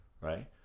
right